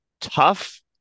Tough